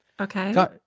Okay